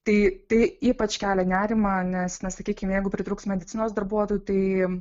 tai tai ypač kelia nerimą nes na sakykim jeigu pritrūks medicinos darbuotojų tai